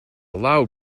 loud